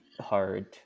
hard